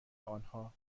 آنها